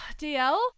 DL